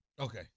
Okay